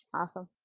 awesome.